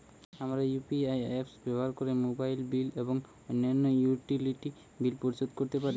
আমরা UPI apps ব্যবহার করে মোবাইল বিল এবং অন্যান্য ইউটিলিটি বিল পরিশোধ করতে পারি